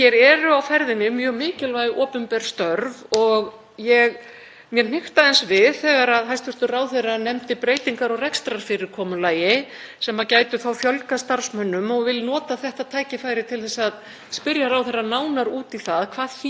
sem gætu þá fjölgað starfsmönnum og vil nota þetta tækifæri til að spyrja ráðherra nánar út í það. Hvað þýðir það? Á að fara að útvista eða einkavæða einhvern hluta fangelsismála eða reksturs fangelsa hér á landi?